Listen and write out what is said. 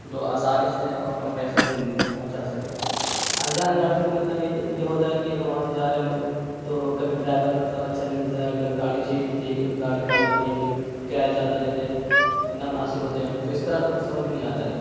جو آسانی سے اور کم پیسے میں مطلب پہنچا سکے انجان گاڑی سے مطلب یہ یہ ہوتا ہے کہ اگر وہاں سے جا رہے ہم لوگ تو کبھی ڈرائیور مطب اچھا نہیں ملتا ہے کبھی گاڑی اچھی نہیں ملتی ہے کبھی گاڑی خراب ہو جا رہی ہے کبھی کرایہ زیادہ لیتے ہیں لینا مناسب ہوتے ہیں اس طرح کچھ سمجھ میں نہیں آتا ہے